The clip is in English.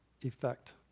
effect